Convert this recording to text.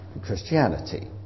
Christianity